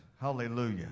Hallelujah